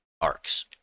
arcs